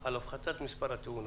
על הפחתת מספר התאונות".